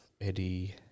Eddie